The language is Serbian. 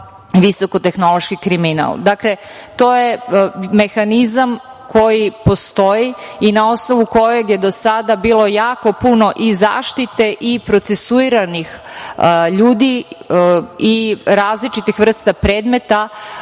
visokotehnološki kriminal. Dakle, to je mehanizam koji postoji i na osnovu kojeg je do sada bilo jako puno i zaštite i procesuiranih ljudi i različitih vrsta predmeta